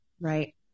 Right